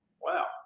wow